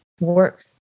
work